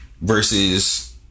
versus